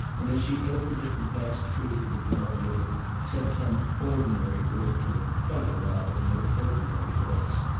and as she opened it and passed through to the drawing-room said some ordinary word to him quite aloud in her ordinary voice.